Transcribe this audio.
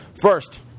First